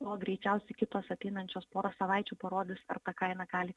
o greičiausiai kitos ateinančios pora savaičių parodys ar ta kaina gali